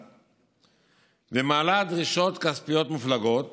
ומעלה דרישות כספיות מופלגות